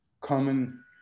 common